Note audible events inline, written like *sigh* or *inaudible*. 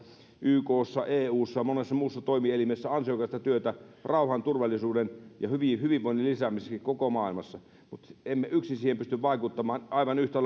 ykssa eussa monessa muussa toimielimessä ansiokasta työtä rauhan turvallisuuden ja hyvinvoinnin lisäämiseksi koko maailmassa mutta emme yksin siihen pysty vaikuttamaan aivan yhtä *unintelligible*